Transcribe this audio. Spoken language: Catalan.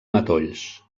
matolls